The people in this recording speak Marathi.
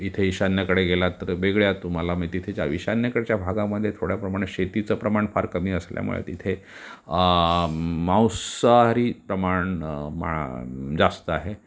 इथे ईशान्येकडे गेलात तर वेगळ्या तुम्हाला म्हणजे तिथे ज्या ईशान्येकडच्या भागामध्ये थोड्या प्रमाणात शेतीचं प्रमाण फार कमी असल्यामुळे तिथे मांसाहारी प्रमाण मा जास्त आहे